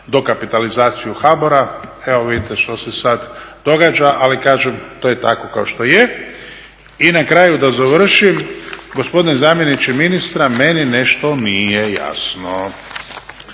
dokapitalizaciju HBOR-a, evo vidite što se sad događa. Ali kažem, to je tako kao što je. I na kraju da završim gospodine zamjeniče ministra, meni nešto nije jasno.